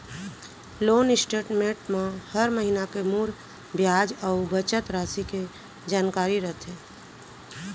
loan statement म हर महिना के मूर बियाज अउ बचत रासि के जानकारी रथे